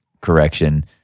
correction